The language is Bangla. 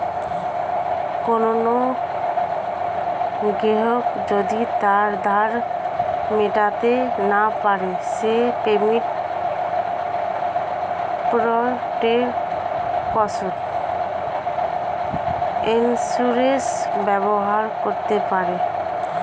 কোনো গ্রাহক যদি তার ধার মেটাতে না পারে সে পেমেন্ট প্রটেকশন ইন্সুরেন্স ব্যবহার করতে পারে